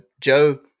Joe